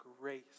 grace